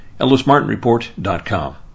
ellismartinreport.com